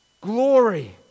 Glory